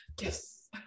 Yes